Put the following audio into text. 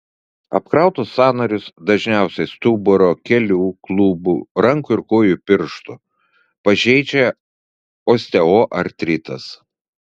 apkrautus sąnarius dažniausiai stuburo kelių klubų rankų ir kojų pirštų pažeidžia osteoartritas